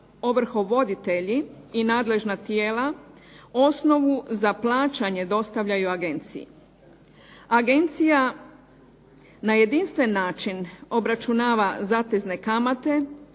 ovrhovoditelji i nadležna tijela osnovu za plaćanje dostavljaju agenciji. Agencija na jedinstven način obračunava zatezne kamate